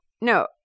No